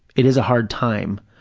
it is a hard time,